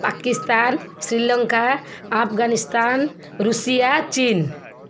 Pakistan Sri Lanka Afghanistan Russia ଚୀନ୍